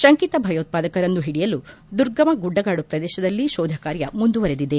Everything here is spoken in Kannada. ಶಂಕಿತ ಭಯೋತ್ಪಾದಕರನ್ನು ಹಿಡಿಯಲು ದುರ್ಗಮ ಗುಡ್ಡಗಾಡು ಪ್ರದೇಶದಲ್ಲಿ ಶೋಧ ಕಾರ್ಯ ಮುಂದುವರೆದಿದೆ